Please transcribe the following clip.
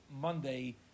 Monday